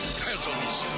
peasants